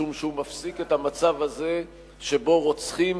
משום שהוא מפסיק את המצב הזה שבו רוצחים